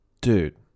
dude